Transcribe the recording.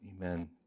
Amen